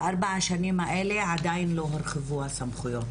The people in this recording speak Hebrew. בארבע השנים האלה עדיין לא הורחבו הסמכויות